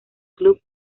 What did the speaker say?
club